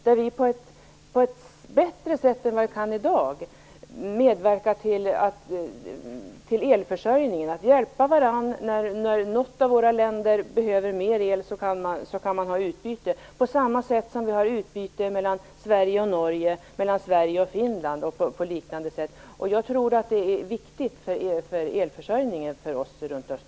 Med den kan vi på ett bättre sätt än i dag medverka till elförsörjningen. Vi kan hjälpa varandra. När något av länderna behöver mer el, kan man ha utbyte. På samma sätt har vi utbyte mellan Sverige och Norge och mellan Sverige och Finland. Jag tror att detta är viktigt för elförsörjningen för oss runt